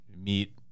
meet